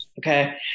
Okay